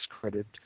credit